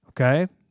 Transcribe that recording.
okay